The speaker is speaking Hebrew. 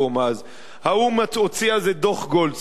האו"ם הוציא אז את דוח-גולדסטון,